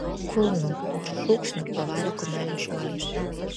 kulnu ir šūksniu pavarė kumelę šuoliais